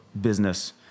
business